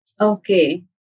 Okay